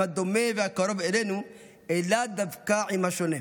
הדומה והקרוב אלינו אלא דווקא עם השונה,